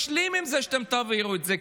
משלים עם זה שאתם תעבירו את זה,